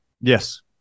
Yes